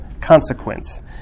consequence